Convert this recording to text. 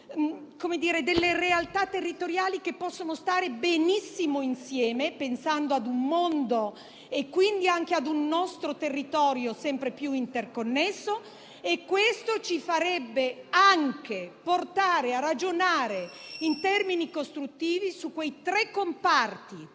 delle realtà territoriali che possono stare benissimo insieme pensando a un mondo (e al nostro territorio) sempre più interconnesso. Questo ci porterebbe anche a ragionare in termini costruttivi sui tre comparti